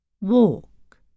Walk